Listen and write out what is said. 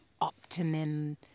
optimum